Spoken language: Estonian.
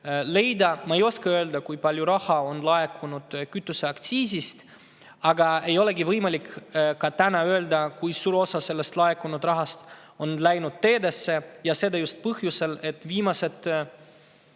leida. Ma ei oska öelda, kui palju raha on laekunud kütuseaktsiisist, ja ei olegi võimalik öelda, kui suur osa sellest laekunud rahast on läinud teedesse, seda just põhjusel, et viimased